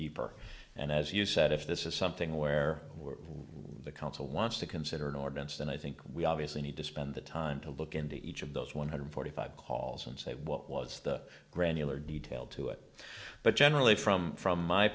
deeper and as you said if this is something where were the council wants to consider an ordinance then i think we obviously need to spend the time to look into each of those one hundred forty five calls and say what was the granular detail to it but generally from from my